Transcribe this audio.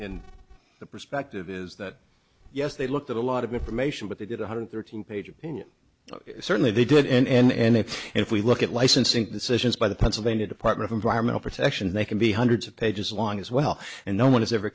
in the perspective is that yes they looked at a lot of information but they did one hundred thirteen pages certainly they did and if we look at licensing decisions by the pennsylvania department of environmental protection they can be hundreds of pages long as well and no one has ever